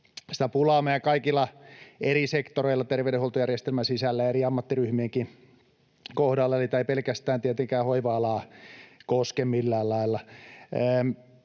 Sitä pulaa on meidän kaikilla eri sektoreilla terveydenhuoltojärjestelmän sisällä ja eri ammattiryhmienkin kohdalla, niin että ei tämä tietenkään pelkästään hoiva-alaa koske millään lailla.